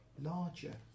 larger